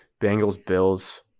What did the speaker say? Bengals-Bills